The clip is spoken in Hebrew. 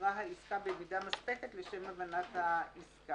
נקשרה העסקה במידה מספקת לשם הבנת העסקה,